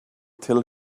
till